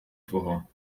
твого